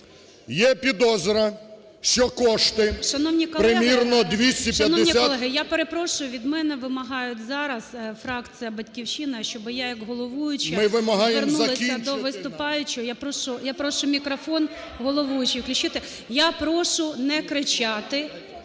Є підозра, що кошти…. ГОЛОВУЮЧИЙ. Шановні колеги… Шановні колеги, я перепрошую, від мене вимагають зараз фракція "Батьківщина", щоб я як головуюча звернулася до виступаючого. Я прошу мікрофон головуючого включити. Я прошу не кричати.